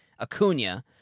Acuna